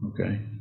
okay